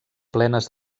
plenes